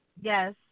Yes